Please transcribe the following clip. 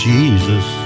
Jesus